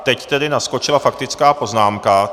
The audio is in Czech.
Teď tedy naskočila faktická poznámka.